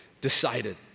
decided